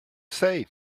say